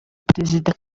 perezida